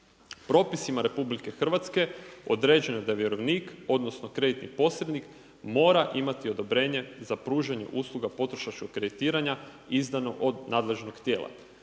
Propisima Republike Hrvatske određeno je da vjerovnik odnosno kreditni posrednik mora imati odobrenje za pružanje usluga potrošačkog kreditiranja izdano od nadležnog tijela.